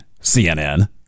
CNN